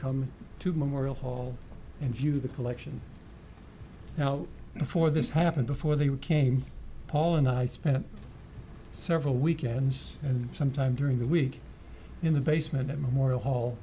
come to memorial hall and view the collection now before this happened before they came paul and i spent several weekends and sometime during the week in the basement at memorial hall